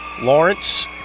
Lawrence